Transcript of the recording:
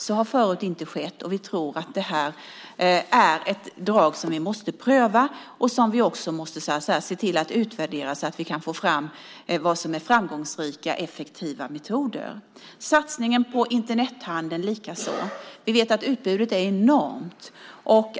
Så har förut inte skett, och vi tror att det här är ett drag som vi måste pröva och som vi också måste se till att utvärdera så att vi kan få fram vad som är framgångsrika, effektiva metoder. Det gäller likaså satsningen på Internethandel. Vi vet att utbudet är enormt.